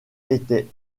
étaient